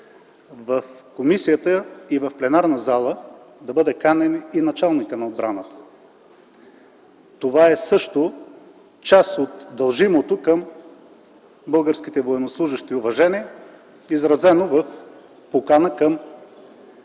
в комисията и в пленарната зала да бъде канен и началникът на отбраната. Това също е част от дължимото към българските военнослужещи уважение, изразено в покана към